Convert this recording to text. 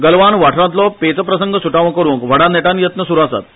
गलवान वाठारातलो पेचप्रसंग सुटावो करुंक व्हडा नेटान येत तुरु आसात